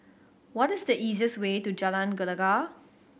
what is the easiest way to Jalan Gelegar